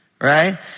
Right